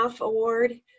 Award